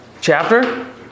chapter